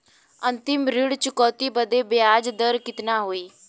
अंतिम ऋण चुकौती बदे ब्याज दर कितना होई?